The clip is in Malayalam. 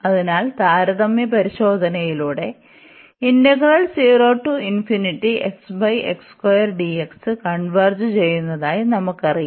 അതിനാൽ താരതമ്യ പരിശോധനയിലൂടെ കൺവെർജ് ചെയ്യുന്നതായി നമുക്കറിയാം